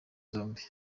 zombi